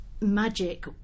magic